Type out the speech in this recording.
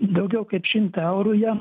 daugiau kaip šimtą eurų jam